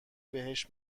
بهش